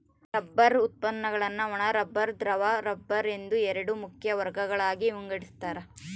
rubber ಉತ್ಪನ್ನಗುಳ್ನ ಒಣ rubber ದ್ರವ ರಬ್ಬರ್ ಎಂದು ಎರಡು ಮುಖ್ಯ ವರ್ಗಗಳಾಗಿ ವಿಂಗಡಿಸ್ತಾರ